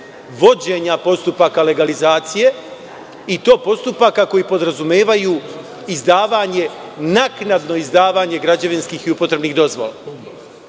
vođenja postupaka legalizacije i to postupaka koji podrazumevaju naknadno izdavanje građevinskih i upotrebnih dozvola.